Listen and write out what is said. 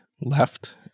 left